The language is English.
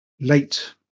late